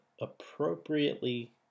appropriately